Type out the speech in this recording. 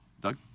Doug